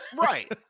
right